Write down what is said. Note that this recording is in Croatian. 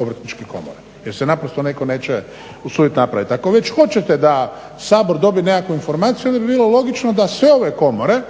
Obrtničke komore jer se naprosto netko neće usudit napravit. Ako već hoćete da Sabor dobi nekakvu informaciju onda bi bilo logično da sve ove komore